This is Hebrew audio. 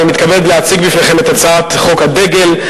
אני מתכבד להציג בפניכם את הצעת חוק הדגל,